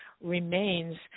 remains